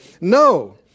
No